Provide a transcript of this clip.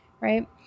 right